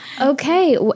Okay